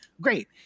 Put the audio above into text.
Great